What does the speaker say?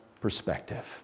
perspective